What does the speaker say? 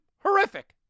horrific